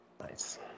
nice